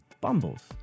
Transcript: Bumbles